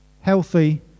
Healthy